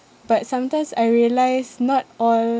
but sometimes I realised not all